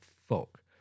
fuck